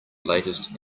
latest